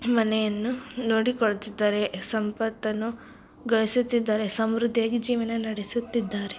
ಮನೆಯನ್ನು ನೋಡಿಕೊಳ್ತಿದ್ದಾರೆ ಸಂಪತ್ತನ್ನು ಗಳಿಸುತ್ತಿದ್ದಾರೆ ಸಮೃದ್ಧಿಯಾಗಿ ಜೀವನ ನಡೆಸುತ್ತಿದ್ದಾರೆ